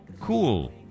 Cool